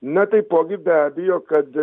na taipogi be abejo kad